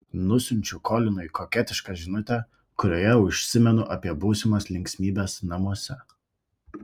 nusiunčiu kolinui koketišką žinutę kurioje užsimenu apie būsimas linksmybes namuose